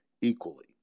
equally